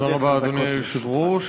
תודה רבה, אדוני היושב-ראש.